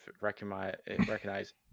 recognize